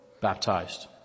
baptized